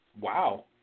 Wow